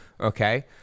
Okay